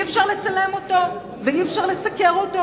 והחל מרגע זה אי-אפשר לצלם אותו ואי-אפשר לסקר אותו,